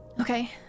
Okay